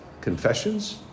Confessions